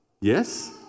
yes